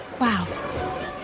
Wow